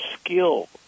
skill